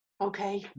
Okay